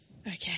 okay